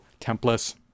templates